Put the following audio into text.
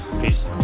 Peace